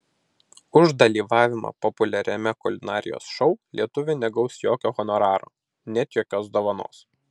už dalyvavimą populiariame kulinarijos šou lietuvė negaus jokio honoraro net jokios dovanos